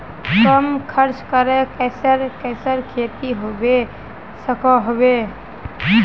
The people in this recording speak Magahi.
कम खर्च करे किसेर किसेर खेती होबे सकोहो होबे?